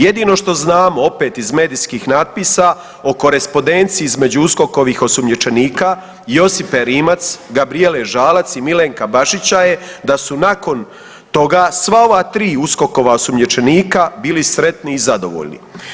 Jedino što znamo opet iz medijskih natpisa o korespondenciji između USKOK-ovih osumnjičenika Josipe Rimac, Gabrijele Žalac i Milenka Bašića je da su nakon toga sva ova 3 USKOK-ova osumnjičenika bili sretni i zadovoljni.